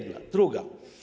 Druga.